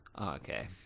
Okay